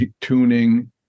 tuning